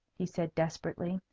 he said, desperately.